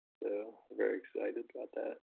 so very excited about that.